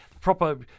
proper